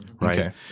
right